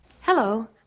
Hello